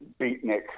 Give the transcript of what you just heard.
beatnik